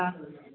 ആണോ